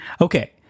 Okay